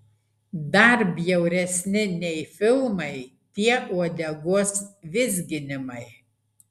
dar bjauresni nei filmai tie uodegos vizginimai